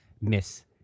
Miss